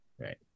right